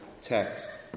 text